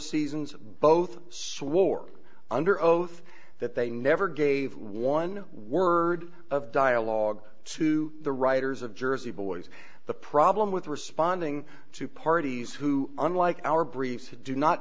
seasons both swore under oath that they never gave one word of dialogue to the writers of jersey boys the problem with responding to parties who unlike our briefs to do not